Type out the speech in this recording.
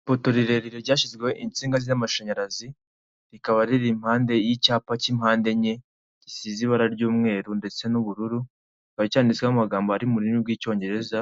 Ipoto rirerire ryashyizweho insinga z'amashanyarazi, rikaba riri impande y'icyapa cy'impande enye gisize ibara ry'umweru ndetse n'ubururuba; kikaba cyanditseho amagambo ari mu rurimi rw'icyongereza.